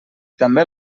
també